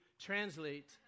translate